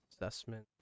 assessment